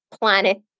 planet